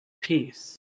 peace